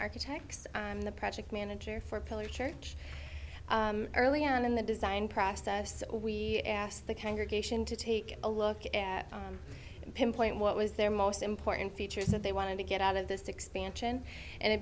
architects i'm the project manager for pillar church early on in the design process we asked the congregation to take a look at pinpoint what was their most important features that they wanted to get out of th